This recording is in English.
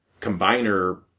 combiner